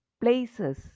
places